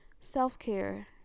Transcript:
self-care